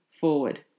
forward